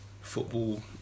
football